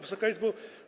Wysoka Izbo!